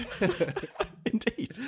Indeed